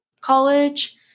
college